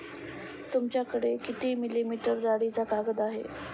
तुमच्याकडे किती मिलीमीटर जाडीचा कागद आहे?